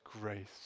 grace